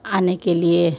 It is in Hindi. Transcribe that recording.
आने के लिए